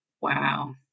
Wow